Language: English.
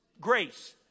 Grace